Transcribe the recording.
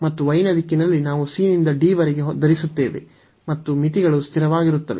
ಮತ್ತು y ನ ದಿಕ್ಕಿನಲ್ಲಿ ನಾವು c ನಿಂದ d ವರೆಗೆ ಧರಿಸುತ್ತೇವೆ ಮತ್ತು ಮಿತಿಗಳು ಸ್ಥಿರವಾಗಿರುತ್ತವೆ